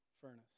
furnace